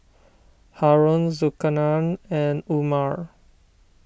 Haron Zulkarnain and Umar